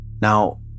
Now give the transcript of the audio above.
Now